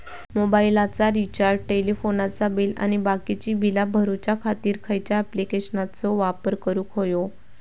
मोबाईलाचा रिचार्ज टेलिफोनाचा बिल आणि बाकीची बिला भरूच्या खातीर खयच्या ॲप्लिकेशनाचो वापर करूक होयो?